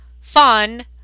fun